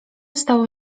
stało